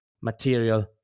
material